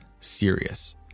serious